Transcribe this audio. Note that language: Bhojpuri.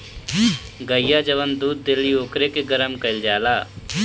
गइया जवन दूध देली ओकरे के गरम कईल जाला